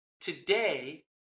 today